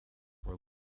were